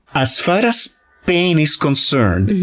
as far as pain is concerned,